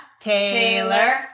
Taylor